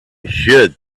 should